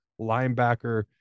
linebacker